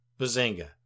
Bazinga